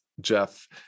Jeff